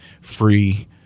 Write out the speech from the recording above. free